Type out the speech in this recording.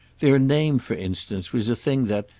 their name for instance was a thing that,